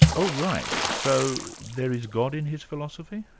oh, right, so there is god in his philosophy?